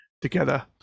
together